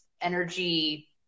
energy